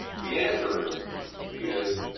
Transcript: the answer is